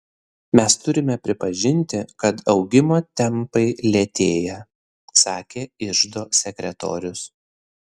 mes turime pripažinti kad augimo tempai lėtėja sakė iždo sekretorius